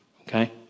okay